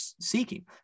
seeking